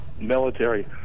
military